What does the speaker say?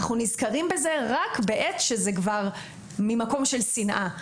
אנחנו נזכרים בזה רק ממקום של שנאה.